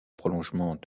prolongement